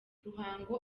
ruhango